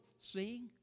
seeing